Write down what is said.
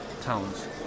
towns